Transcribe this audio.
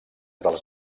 dels